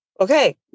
okay